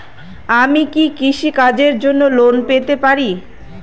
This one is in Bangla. আমি কি কৃষি কাজের জন্য লোন পেতে পারি?